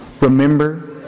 remember